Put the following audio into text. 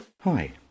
Hi